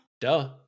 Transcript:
Duh